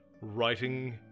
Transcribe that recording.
writing